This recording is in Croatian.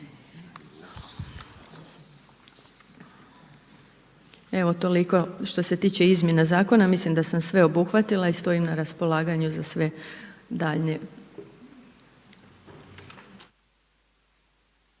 Evo toliko što se tiče izmjena Zakona. Mislim da sam sve obuhvatila i stojim na raspolaganju za sve daljnje.